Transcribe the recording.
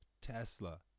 tesla